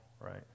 right